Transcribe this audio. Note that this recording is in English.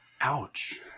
Ouch